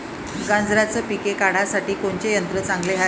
गांजराचं पिके काढासाठी कोनचे यंत्र चांगले हाय?